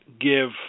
give